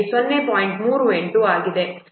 38 ಆಗಿದೆ